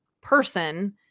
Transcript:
person